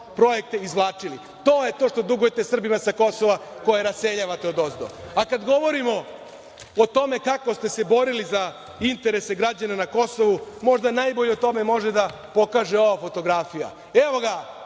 projekte izvlačili? To je to što dugujete Srbima sa Kosova koje raseljavate odozdo. Kada govorimo o tome kako ste se borili za interese građana na Kosovu, možda najbolje o tome može da pokaže ova fotografija. Evo ga